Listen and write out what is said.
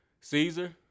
Caesar